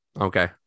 Okay